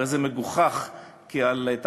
הרי זה מגוחך,